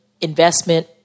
investment